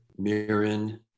mirin